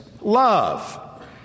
love